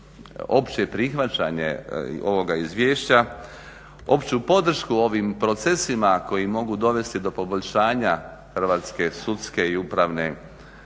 opće prihvaćanje ovoga izvješća, opću podršku ovim procesima koji mogu dovesti do poboljšanja hrvatske sudske i upravne prakse